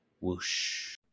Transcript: Whoosh